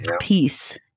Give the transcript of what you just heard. peace